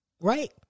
Right